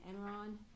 Enron